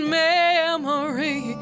memory